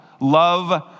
Love